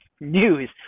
news